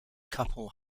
couple